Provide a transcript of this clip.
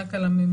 רק על הממונה,